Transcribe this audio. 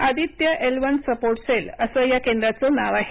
Aditya L one support cell असं या केंद्राचं नाव आहे